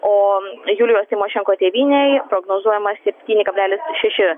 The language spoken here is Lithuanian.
o julijos tymošenko tėvynei prognozuojama septyni kablelis šeši